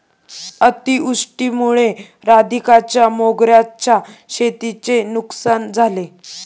अतिवृष्टीमुळे राधिकाच्या मोगऱ्याच्या शेतीची नुकसान झाले